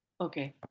Okay